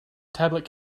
tablet